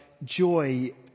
Joy